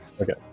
Okay